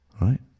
right